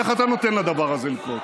איך אתה נותן לדבר הזה לקרות?